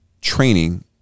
training